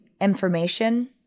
information